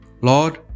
Lord